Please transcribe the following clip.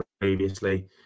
previously